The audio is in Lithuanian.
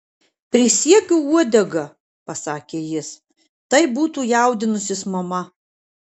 prisiekiu uodega pasakė jis tai būtų jaudinusis mama